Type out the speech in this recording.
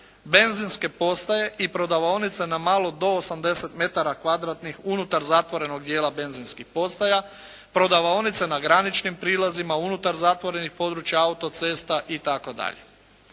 benzinske postaje i prodavaonice na malo do 80 metara kvadratnih unutar zatvorenog dijela benzinskih postaja, prodavaonice na graničnim prilazima unutar zatvorenih područja autocesta itd.